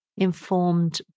informed